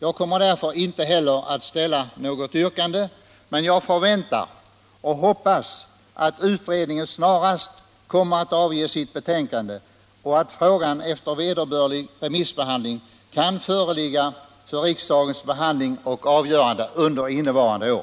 Jag kommer därför inte heller att ställa något yrkande, men jag förväntar och hoppas att utredningen snarast kommer att avge sitt betänkande och att frågan efter vederbörlig remissbehandling kan föreligga för riksdagens behandling och avgörande under innevarande år.